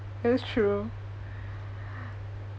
it was true